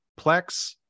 Plex